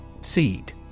Seed